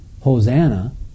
Hosanna